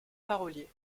parolier